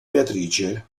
beatrice